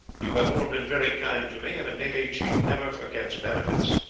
you have all been very kind to me, and a malay chief never forgets benefits.